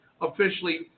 officially